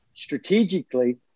strategically